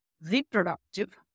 reproductive